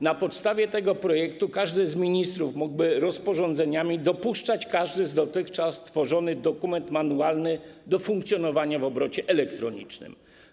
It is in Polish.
Na podstawie tego projektu każdy z ministrów mógłby rozporządzeniami dopuszczać każdy z dotychczas tworzonych dokumentów manualnych do funkcjonowania w obrocie elektronicznym.